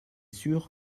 sûr